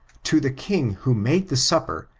to the king who made the supper,